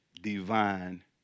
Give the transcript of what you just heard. divine